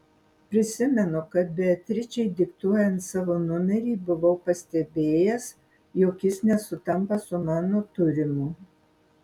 prisimenu kad beatričei diktuojant savo numerį buvau pastebėjęs jog jis nesutampa su mano turimu